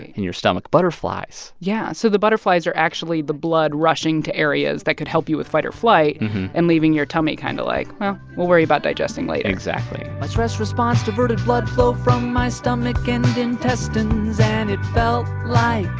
your stomach, butterflies yeah. so the butterflies are actually the blood rushing to areas that could help you with fight or flight and leaving your tummy kind of like, well, we'll worry about digesting later exactly my stress response diverted blood flow from my stomach and intestines, and it felt like